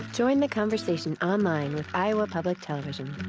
join the conversation online at iowa public television.